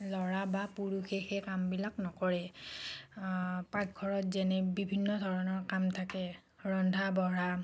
ল'ৰা বা পুৰুষে সেই কামবিলাক কাম নকৰে পাকঘৰত যেনে বিভিন্ন ধৰণৰ কাম থাকে ৰন্ধা বঢ়া